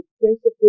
principle